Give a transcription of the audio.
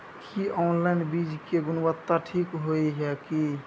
की online बीज के गुणवत्ता ठीक होय ये की?